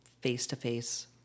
face-to-face